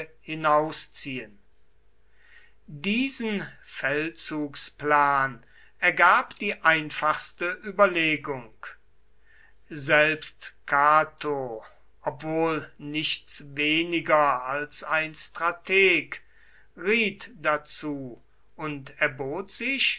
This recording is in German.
hinausziehen diesen feldzugsplan ergab die einfachste überlegung selbst cato obwohl nichts weniger als ein strateg riet dazu und erbot sich